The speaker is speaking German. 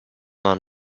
man